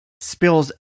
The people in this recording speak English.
spills